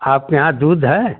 आपके यहाँ दूध है